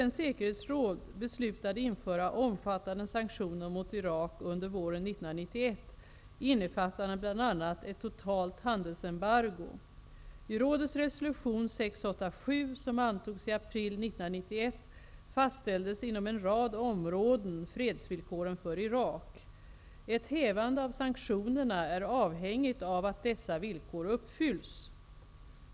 FN:s säkerhetsråd beslutade införa omfattande sanktioner mot Irak under våren 1991, innefattande bl.a. ett totalt handelsembargo. I Irak. Ett hävande av sanktionerna är avhängigt av att dessa villkor uppfylls.